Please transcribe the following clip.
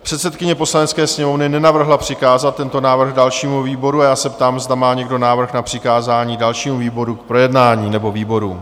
Předsedkyně Poslanecké sněmovny nenavrhla přikázat tento návrh dalšímu výboru a já se ptám, zda má někdo návrh na přikázání dalším výboru k projednání nebo výborům?